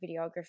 videography